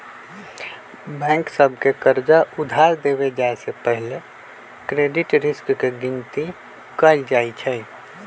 bank सभ के कर्जा उधार देबे जाय से पहिले क्रेडिट रिस्क के गिनति कएल जाइ छइ